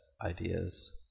ideas